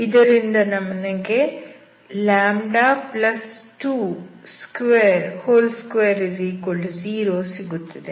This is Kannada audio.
ಇದರಿಂದ ನನಗೆ λ220 ಸಿಗುತ್ತದೆ